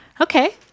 Okay